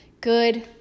Good